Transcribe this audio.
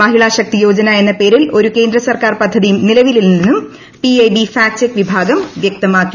മഹിളാ ശക്തി യോജന എന്ന പേരിൽ ഒരു കേന്ദ്ര സർക്കാർ പദ്ധതിയും നിലവിലില്ലെന്നും പിഐബി ഫാക്ട് ചെക്ക് വിഭാഗം വ്യക്തമാക്കി